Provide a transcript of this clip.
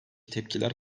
tepkiler